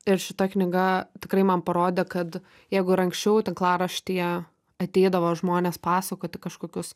ir šita knyga tikrai man parodė kad jeigu ir anksčiau tinklaraštyje ateidavo žmonės pasakoti kažkokius